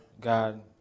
God